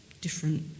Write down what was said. different